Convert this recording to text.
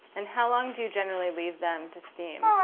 and how long do you generally leave them to steam? ah